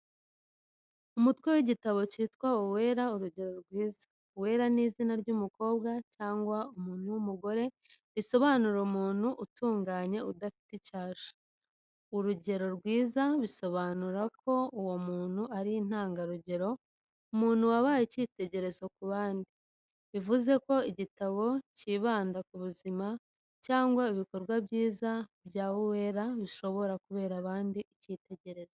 Umutwe w’igitabo kitwa Uwera uregero rwiza. Uwera ni izina ry’umukobwa cyangwa umuntu w’umugore risobanura umuntu utunganye udafite icyasha. Urugero rwiza bisobanura ko uwo muntu ari intangarugero, umuntu wabaye icyitegererezo ku bandi. Bivuze ko igitabo cyibanda ku buzima cyangwa ibikorwa byiza bya Uwera bishobora kubera abandi icyitegererezo.